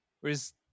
whereas